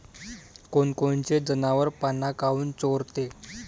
कोनकोनचे जनावरं पाना काऊन चोरते?